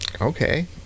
Okay